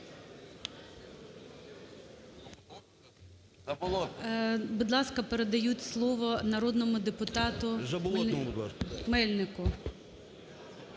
Будь ласка, передають слово народному депутату Мельнику…